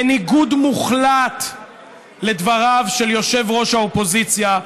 בניגוד מוחלט לדבריו של יושב-ראש האופוזיציה,